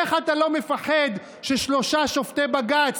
איך אתה לא מפחד ששלושה שופטי בג"ץ,